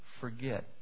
forget